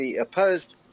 opposed